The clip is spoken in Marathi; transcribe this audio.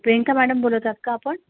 प्रियंका मॅडम बोलत आहात का आपण